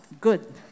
good